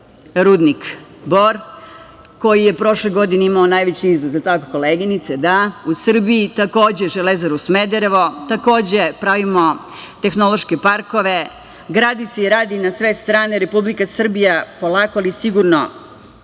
rudnik Bor, koji je prošle godine imao najveći izvoz u Srbiji, takođe Železaru Smederevo. Takođe, pravimo tehnološke parkove. Gradi se i radi na sve strane. Republika Srbija, polako ali sigurno,